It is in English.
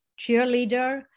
cheerleader